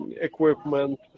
equipment